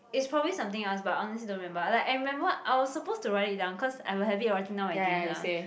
it's probably something else but I honestly don't remember like I remember I was supposed to write it down cause I have a habit of writing down my dreams ah